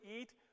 eat